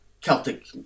Celtic